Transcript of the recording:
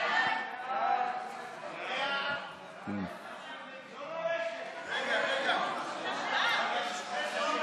ההצעה